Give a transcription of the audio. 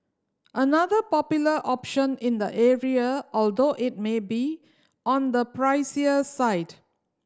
another popular option in the area although it may be on the pricier side